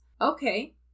okay